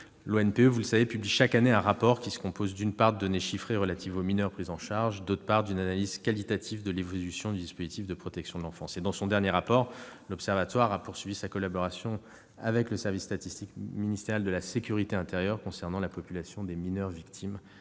l'ONPE, vous le savez, publie chaque année un rapport comprenant, d'une part, des données chiffrées relatives aux mineurs pris en charge et, d'autre part, une analyse qualitative de l'évolution du dispositif de protection de l'enfance. Dans son dernier rapport, l'Observatoire a poursuivi sa collaboration avec le service statistique ministériel de la sécurité intérieure concernant la population des mineurs victimes